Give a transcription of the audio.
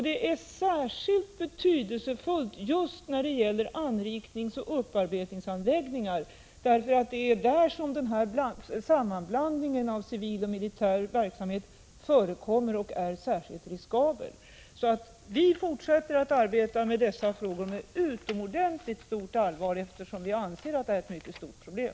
Det är särskilt betydelsefullt just när det gäller anrikningsoch upparbetningsanläggningar, eftersom det är där som sammanblandningen av civil och militär verksamhet förekommer och är särskilt riskabel. Vi fortsätter att arbeta med dessa frågor med utomordentligt stort allvar, eftersom vi anser att detta är ett mycket stort problem.